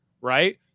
Right